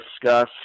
discuss